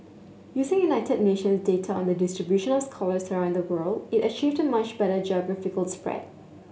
using United Nations data on the distribution of scholars around the world it achieved a much better geographical spread